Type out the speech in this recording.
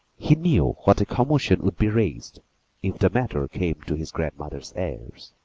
he knew what a commotion would be raised if the matter came to his grandmother's ears.